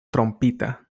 trompita